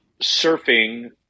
surfing